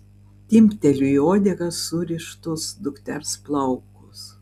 timpteliu į uodegą surištus dukters plaukus